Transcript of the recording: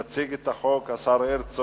יציג את החוק השר הרצוג,